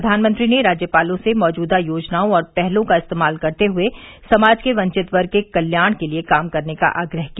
प्रधानमंत्री ने राज्यपालों से मौजूदा योजनाओं और पहलों का इस्तेमाल करते हुए समाज के वंचित वर्ग के कल्याण के लिए काम करने का आग्रह किया